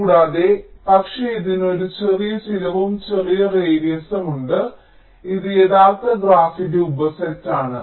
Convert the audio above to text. കൂടാതെ പക്ഷേ ഇതിന് ഒരു ചെറിയ ചിലവും ചെറിയ റേഡിയസ് ഉണ്ട് ഇത് യഥാർത്ഥ ഗ്രാഫിന്റെ ഉപ സെറ്റാണ്